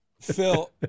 Phil